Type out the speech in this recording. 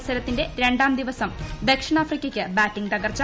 മത്സരത്തിന്റെ രണ്ടാം ദിവസം ദക്ഷിണാഫ്രിക്കയ്ക്ക് ബാറ്റിംഗ് തകർച്ച